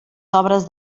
sobres